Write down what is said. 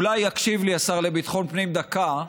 אולי יקשיב לי השר לביטחון פנים דקה.